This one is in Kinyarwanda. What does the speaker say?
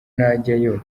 najyayo